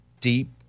deep